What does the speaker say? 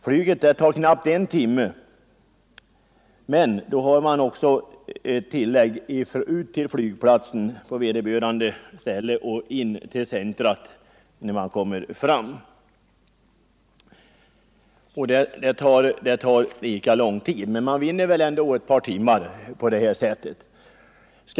Flyget på samma sträcka tar knappt I timme, men härtill kommer tiden för resan ut till flygplatsen och in till centrum efter framkomsten. Trots detta vinner man ett par timmar genom att flyga.